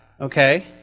Okay